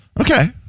Okay